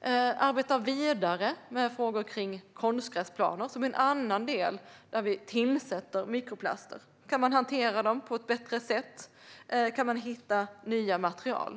Vi ska arbeta vidare med frågor om konstgräsplaner, som är en annan del där vi tillsätter mikroplaster. Kan man hantera dem på ett bättre sätt? Kan man hitta nya material?